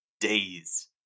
days